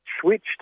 switched